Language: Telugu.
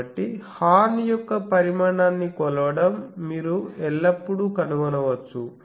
కాబట్టి హార్న్ యొక్క పరిమాణాన్ని కొలవడం మీరు ఎల్లప్పుడూ కనుగొనవచ్చు